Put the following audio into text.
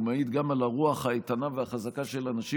והוא מעיד גם על הרוח האיתנה והחזקה של אנשים,